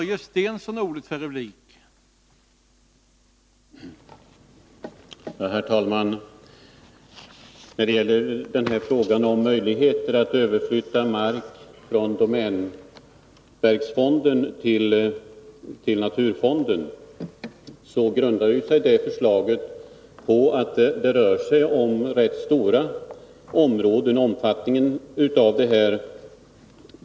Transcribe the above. Herr talman! Förslaget rörande möjligheten att överflytta mark från domänverksfonden till naturvårdsfonden grundar sig på det förhållandet att det gäller rätt stora områden.